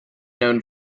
known